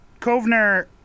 Kovner